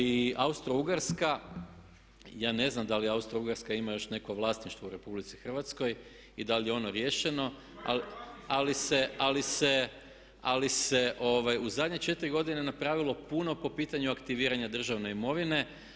I Austrougarska, ja ne znam da li Austrougarska ima još neko vlasništvo u RH i da li je ono riješeno ali se u zadnje 4 godine napravilo puno po pitanju aktiviranja državne imovine.